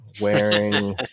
wearing